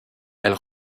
elle